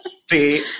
stay